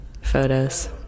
photos